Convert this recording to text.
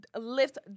lift